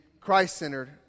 Christ-centered